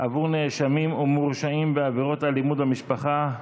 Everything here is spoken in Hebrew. עבור נאשמים ומורשעים בעבירות אלימות במשפחה),